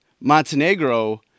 Montenegro